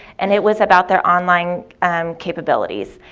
and it was about their online capabilities.